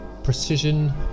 Precision